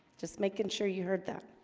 just making sure you heard that